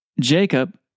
Jacob